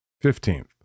Fifteenth